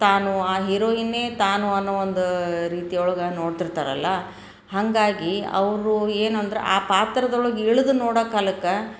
ತಾನು ಆ ಹೀರೋಯಿನ್ನೇ ತಾನು ಅನ್ನೋ ಒಂದು ರೀತಿಯೊಳ್ಗೆ ನೋಡ್ತಿರ್ತಾರಲ್ವ ಹಾಗಾಗಿ ಅವರು ಏನು ಅಂದ್ರೆ ಆ ಪಾತ್ರದೊಳಗೆ ಇಳಿದು ನೋಡೋ ಕಾಲಕ್ಕೆ